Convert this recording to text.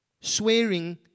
swearing